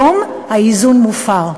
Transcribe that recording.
היום האיזון מופר.